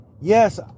yes